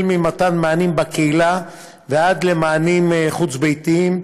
ממתן מענה בקהילה ועד למענה חוץ-ביתי,